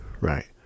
Right